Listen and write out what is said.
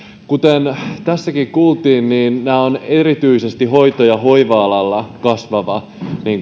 kuten tässäkin kuultiin nämä ovat erityisesti hoito ja hoiva alalla kasvava